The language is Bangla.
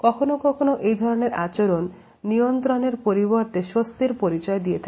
কখনো কখনো এই ধরনের আচরণ নিয়ন্ত্রণ এর পরিবর্তে স্বস্তির পরিচয় দিয়ে থাকে